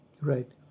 Right